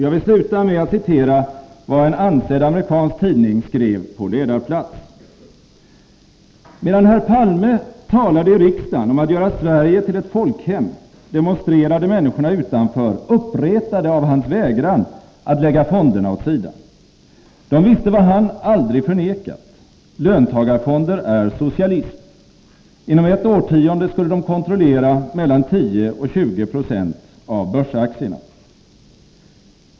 Jag vill sluta med att citera vad en ansedd amerikansk tidning skrev på ledarplats: ”Medan herr Palme talade i riksdagen om att göra Sverige till ett folkhem, demonstrerade människor utanför, uppretade av hans vägran att lägga fonderna åt sidan. De visste vad han aldrig har förnekat. Löntagarfonder är socialism. Inom ett årtionde skulle de kontrollera mellan 10 och 20 96 av börsaktierna.